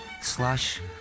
slash